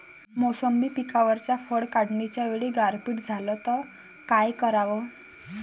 मोसंबी पिकावरच्या फळं काढनीच्या वेळी गारपीट झाली त काय कराव?